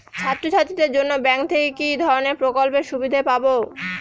ছাত্রছাত্রীদের জন্য ব্যাঙ্ক থেকে কি ধরণের প্রকল্পের সুবিধে পাবো?